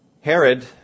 Herod